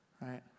right